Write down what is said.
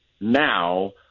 now